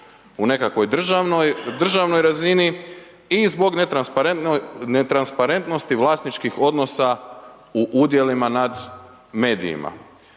u nekakvoj državnoj razini i zbog netransparentnosti vlasničkih odnosa u udjelima nad medijima.